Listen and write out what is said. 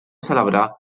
celebrar